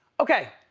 okay.